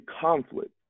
conflict